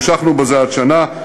המשכנו בזה השנה.